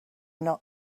not